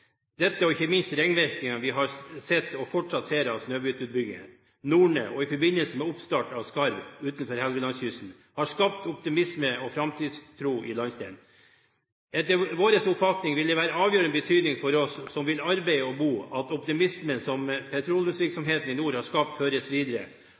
Dette – og ikke minst ringvirkningene vi har sett og fortsatt ser av Snøhvit-utbyggingen, Norne og i forbindelse med oppstart av Skarv, utenfor Helgelandskysten – har skapt optimisme og framtidstro i landsdelen. Etter vår oppfatning vil det være av avgjørende betydning for oss som vil arbeide og bo, at optimismen som